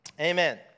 Amen